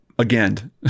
again